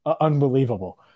unbelievable